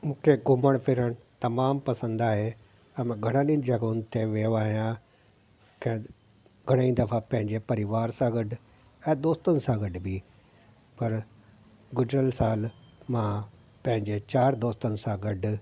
मूंखे घुमणु फिरणु तमामु पसंदि आहे ऐं मां घणनि ई जॻहियुनि ते वियो आहियां ख़ैरु घणे ई दफ़ा पंहिंजे परिवार सां गॾु ऐं दोस्तनि सां गॾु बि पर गुज़िरियल साल मां पंहिंजे चार दोस्तनि सां गॾु